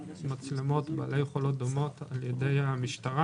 מצלמות בעלות יכולות דומות על ידי המשטרה.